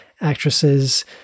actresses